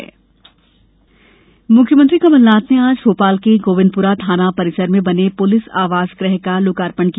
CM लोकार्पण मुख्यमंत्री कमलनाथ ने आज भोपाल के गोविन्दपुरा थाना परिसर में बने पुलिस आवास गृह का लोकार्पण किया